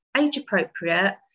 age-appropriate